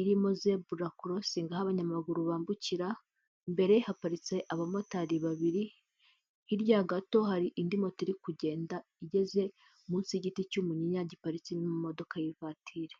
irimo zebura korosingi aho abanyamaguru bambukira, imbere haparitse abamotari babiri, hirya gato hari indi moto iri kugenda igeze munsi y'igiti cy'umunyinya giparitse mu modoka y'ivatiri.